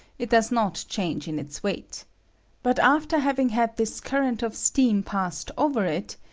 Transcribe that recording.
it does not change in its weight but after having had this current of steam passed over it,